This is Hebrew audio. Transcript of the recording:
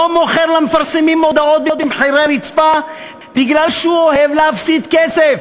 לא מוכר למפרסמים מודעות במחירי רצפה כי הוא אוהב להפסיד כסף